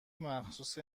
مخصوص